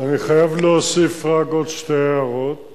אני חייב להוסיף רק עוד שתי הערות.